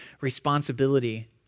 responsibility